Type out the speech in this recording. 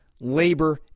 labor